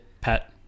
pet